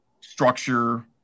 structure